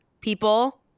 people